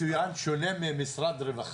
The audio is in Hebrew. מצוין, שונה ממשרד הרווחה.